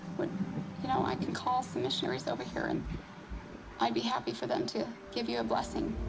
but you know, i can call some missionaries over here, and i'd be happy for them to give you a blessing.